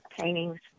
paintings